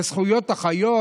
לזכויות החיות,